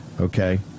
okay